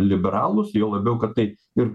liberalūs jau labiau kad tai ir